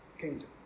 kingdom